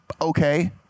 okay